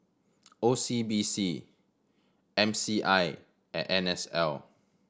O C B C M C I and N S L